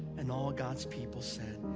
and all god's people said,